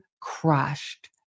crushed